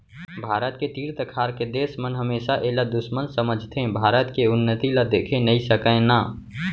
भारत के तीर तखार के देस मन हमेसा एला दुस्मन समझथें भारत के उन्नति ल देखे नइ सकय ना